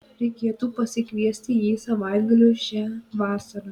reikėtų pasikviesti jį savaitgaliui šią vasarą